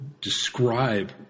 describe